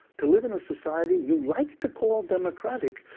to live in a society you like to call democratic,